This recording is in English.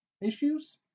issues